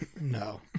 no